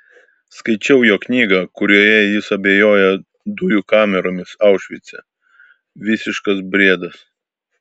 skaičiau jo knygą kurioje jis abejoja dujų kameromis aušvice visiškas briedas